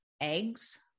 Eggs